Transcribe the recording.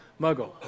muggle